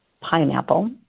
pineapple